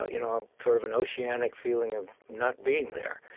ah you know, sort of an oceanic feeling of not being there.